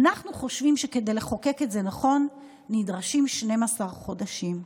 אנחנו חושבים שכדי לחוקק את זה נכון נדרשים 12 חודשים.